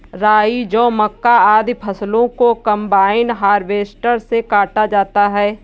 राई, जौ, मक्का, आदि फसलों को कम्बाइन हार्वेसटर से काटा जाता है